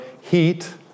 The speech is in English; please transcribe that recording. heat